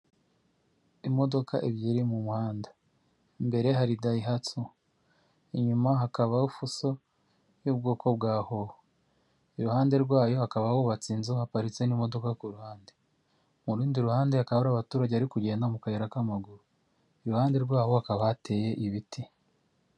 Imodoka ebyiri mu muhanda, imbere hari dayihatsu inyuma hakabaho ifuso y'ubwoko bwa howo, iruhande rwayo hakaba hubatse inzu, haparitse n'imodoka ku ruhande, mu rundi ruhande hakaba hari abaturage, bari kugenda mu kayira k'amaguru, iruhande rwaho hakaba hateye ibiti.